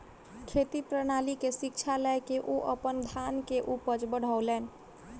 खेती प्रणाली के शिक्षा लय के ओ अपन धान के उपज बढ़ौलैन